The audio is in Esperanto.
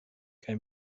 kaj